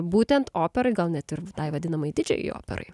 būtent operai gal net ir tai vadinamajai didžiajai operai